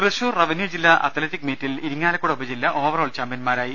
തൃശൂർ റവന്യൂജില്ലാ അത്ലറ്റിക് മീറ്റിൽ ഇരിങ്ങാലക്കുട ഉപജില്ല ഓവറോൾ ചാമ്പൃന്മാരായി